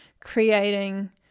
creating